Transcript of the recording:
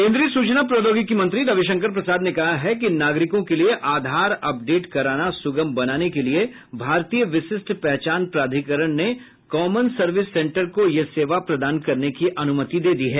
केंद्रीय सूचना प्रौद्योगिकी मंत्री रविशंकर प्रसाद ने कहा है कि नागरिकों के लिए आधार अपडेट कराना सुगम बनाने के लिए भारतीय विशिष्ट पहचान प्राधिकरण ने कामन सर्विस सेंटर को यह सेवा प्रदान करने की अनुमति दे दी है